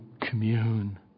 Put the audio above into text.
commune